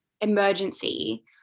emergency